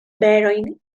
berojn